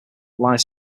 lies